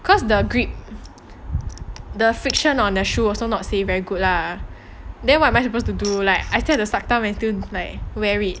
because the grip the friction on the shoe also not say very good lah then what am I supposed to do like I still have to suck thumb and do like wear it